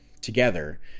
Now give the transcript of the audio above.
together